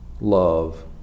love